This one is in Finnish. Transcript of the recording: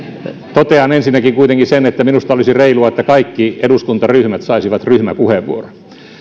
totean ensinnäkin kuitenkin sen että minusta olisi reilua että kaikki eduskuntaryhmät saisivat ryhmäpuheenvuoron